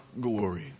glory